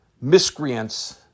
miscreants